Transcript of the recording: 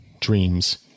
dreams